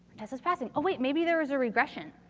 test is passing. oh, wait, maybe there was a regression.